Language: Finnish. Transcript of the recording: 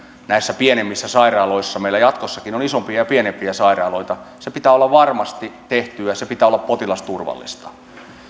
näissä pienemmissä sairaaloissa meillä jatkossakin on isompia ja pienempiä sairaaloita pitää olla varmasti tehtyä sen pitää olla potilasturvallista